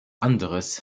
anders